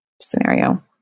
scenario